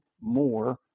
more